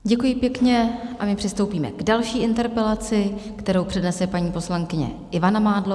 Děkuji pěkně a my přistoupíme k další interpelaci, kterou přednese paní poslankyně Ivana Mádlová.